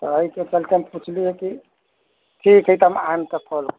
एहिके चलिते हम सोचली हइ कि ठीक छै तऽ हम आबिके फोन